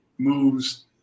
moves